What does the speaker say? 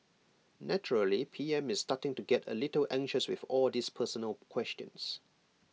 naturally P M is starting to get A little anxious with all these personal questions